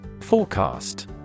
Forecast